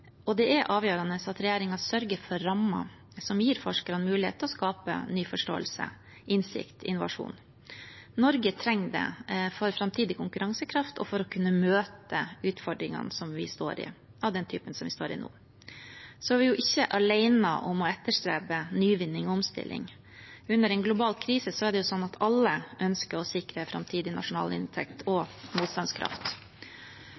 Det er avgjørende at regjeringen sørger for rammer som gir forskerne mulighet til å skape ny forståelse, innsikt og innovasjon. Norge trenger det for framtidig konkurransekraft og for å kunne møte utfordringer av den typen vi står i nå. Vi er ikke alene om å etterstrebe nyvinning og omstilling. Under en global krise er det jo sånn at alle ønsker å sikre framtidig nasjonal inntekt